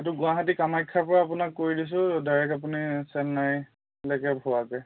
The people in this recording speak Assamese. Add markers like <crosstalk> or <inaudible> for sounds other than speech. সেইটো গুৱাহাটী কামাখ্যাৰ পৰা আপোনাক কৰি দিছোঁ ডাইৰেক্ট আপুনি চেন্নাইলৈকে <unintelligible>